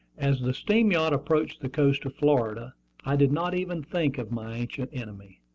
as the steam-yacht approached the coast of florida i did not even think of my ancient enemy.